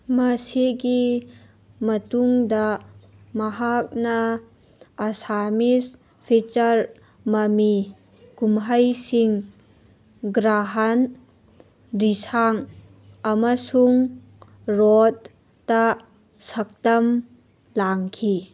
ꯃꯁꯤꯒꯤ ꯃꯇꯨꯡꯗ ꯃꯍꯥꯛꯅ ꯑꯁꯥꯃꯤꯁ ꯐꯤꯆꯔ ꯃꯃꯤ ꯀꯨꯝꯍꯩꯁꯤꯡ ꯒ꯭ꯔꯥꯍꯟ ꯔꯤꯁꯥꯡ ꯑꯃꯁꯨꯡ ꯔꯣꯠꯇ ꯁꯛꯇꯝ ꯂꯥꯡꯈꯤ